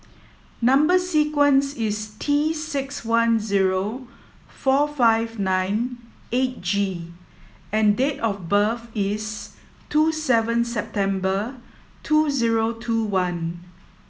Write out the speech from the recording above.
number sequence is T six one zero four five nine eight G and date of birth is two seven September two zero two one